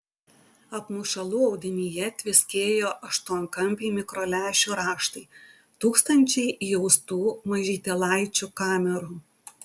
apmušalų audinyje tviskėjo aštuonkampiai mikrolęšių raštai tūkstančiai įaustų mažytėlaičių kamerų